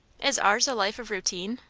is ours a life of routine?